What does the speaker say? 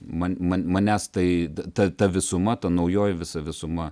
man man manęs tai ta ta visuma ta naujoji visa visuma